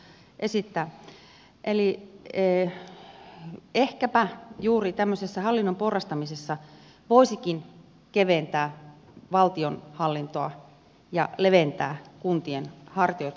eli ehkäpä juuri tämmöisellä hallinnon porrastamisella voisikin keventää valtionhallintoa ja leventää kuntien hartioita